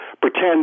pretend